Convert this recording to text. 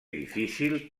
difícil